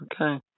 Okay